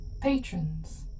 patrons